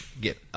get